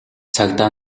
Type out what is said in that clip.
цагдаа